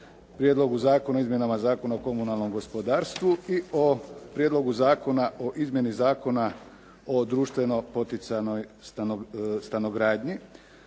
Prijedlogu zakona o izmjenama Zakona o komunalnom gospodarstvu i o Prijedlogu zakona o izmjeni Zakona o društveno poticajnoj stanogradnji